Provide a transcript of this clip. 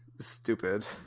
stupid